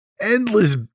endless